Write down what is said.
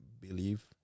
believe